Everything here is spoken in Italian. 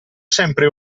sempre